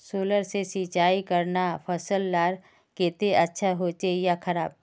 Solar से सिंचाई करना फसल लार केते अच्छा होचे या खराब?